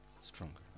Stronger